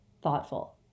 thoughtful